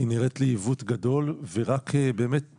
היא נראית לי עיוות גדול, ורק לספר